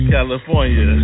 California